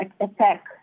attack